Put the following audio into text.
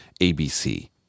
ABC